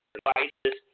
devices